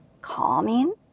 Calming